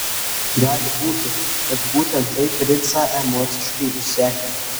gali būti kad būtent tai princą emociškai išsekino